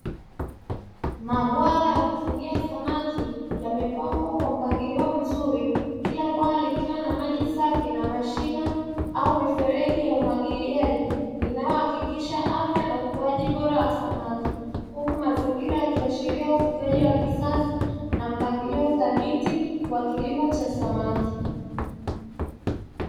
Mabwawa ya kufugia samaki yamepangwa kwa mpangilio mzuri, kila bwawa likiwa na maji safi na mashina au mifereji ya umwagiliaji, inayo hakikisha afya na ukuaji bora wa samaki, huku mazingira ya kiashiria ufugaji wa kisasa na mpangilio thabiti wa kilimo cha samaki.